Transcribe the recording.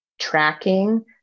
tracking